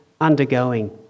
undergoing